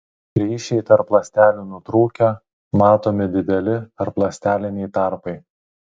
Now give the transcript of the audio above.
ryšiai tarp ląstelių nutrūkę matomi dideli tarpląsteliniai tarpai